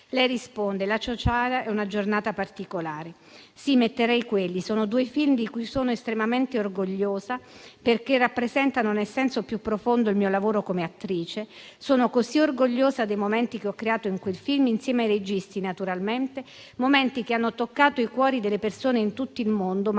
lei risponde: «"La ciociara" e "Una giornata particolare". Sì, metterei quelli. Sono due film di cui sono estremamente orgogliosa, perché rappresentano nel senso più profondo il mio lavoro come attrice. Sono così orgogliosa dei momenti che ho creato in questi film, insieme ai registi naturalmente, momenti che hanno toccato i cuori delle persone in tutto il mondo ma